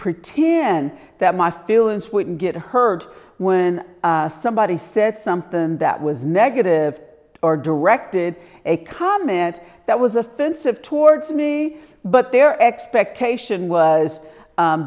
pretend that my feelings wouldn't get hurt when somebody said something that was negative or directed a comment that was offensive towards me but their expectation was